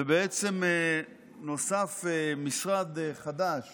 ובעצם נוסף משרד חדש